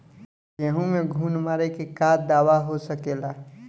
गेहूँ में घुन मारे के का दवा हो सकेला?